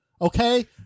Okay